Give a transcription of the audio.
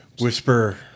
Whisper